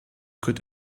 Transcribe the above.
could